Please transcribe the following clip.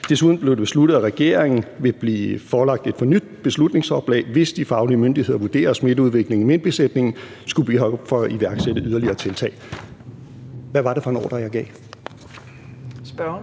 Desuden blev det besluttet, at regeringen ville blive forelagt et nyt beslutningsoplæg, hvis de faglige myndigheder vurderede, at smitteudviklingen i minkbesætningen skulle give behov for at iværksætte yderligere tiltag. Hvad var det for en ordre, jeg gav? Kl.